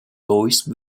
voice